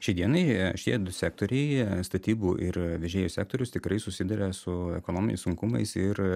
šiai diena šitie du sektoriai statybų ir vežėjų sektorius tikrai susiduria su ekonominiais sunkumais ir